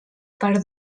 per